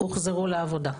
הוחזרו לעבודה.